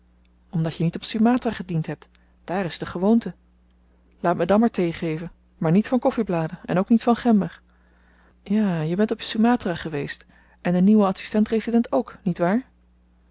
omdat je niet op sumatra gediend hebt daar is t de gewoonte laat me dan maar thee geven maar niet van koffibladen en ook niet van gember ja je bent op sumatra geweest en de nieuwe adsistent resident ook niet waar